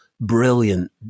brilliant